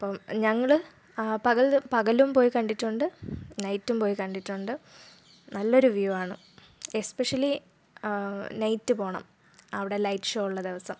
അപ്പം ഞങ്ങൾ പകൽ പകലും പോയി കണ്ടിട്ടുണ്ട് നൈറ്റും പോയി കണ്ടിട്ടുണ്ട് നല്ലൊരു വ്യൂ ആണ് എസ്സ്പെഷലി നൈറ്റ് പോണം അവിടെ ലൈറ്റ് ഷോ ഉള്ള ദിവസം